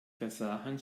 versahen